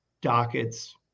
dockets